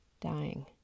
dying